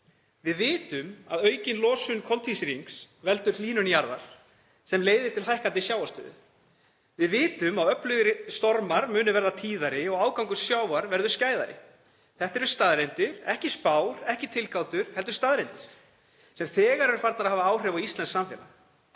Við vitum að aukin losun koltvísýrings veldur hlýnun jarðar sem leiðir til hækkandi sjávarstöðu. Við vitum að öflugir stormar munu verða tíðari og ágangur sjávar verður skæðari. Þetta eru staðreyndir — ekki spár, ekki tilgátur, heldur staðreyndir sem þegar eru farnar að hafa áhrif á íslenskt samfélag.